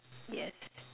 yes